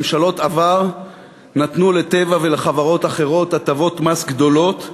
ממשלות עבר נתנו ל"טבע" ולחברות אחרות הטבות מס גדולות.